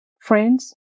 friends